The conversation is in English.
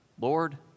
Lord